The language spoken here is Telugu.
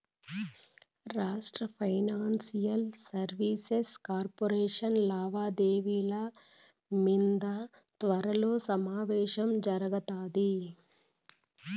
రాష్ట్ర ఫైనాన్షియల్ సర్వీసెస్ కార్పొరేషన్ లావాదేవిల మింద త్వరలో సమావేశం జరగతాది